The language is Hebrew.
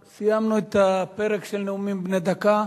סיימנו את הפרק של נאומים בני דקה.